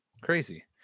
crazy